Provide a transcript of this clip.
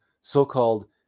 so-called